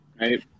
Right